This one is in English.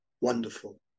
wonderful